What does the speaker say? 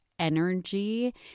energy